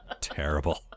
terrible